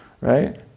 right